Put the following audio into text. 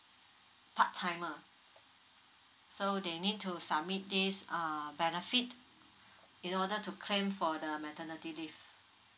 part timer so they need to submit this uh benefit in order to claim for the maternity leave